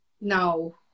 No